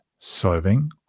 solving